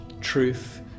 truth